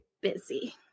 busy